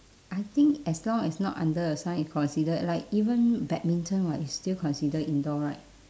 I think as long as not under the sun is considered like even badminton [what] is still considered indoor right